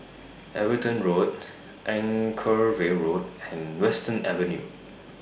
Everton Road Anchorvale Road and Western Avenue